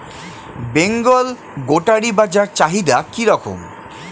বেঙ্গল গোটারি বাজার চাহিদা কি রকম?